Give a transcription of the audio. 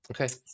Okay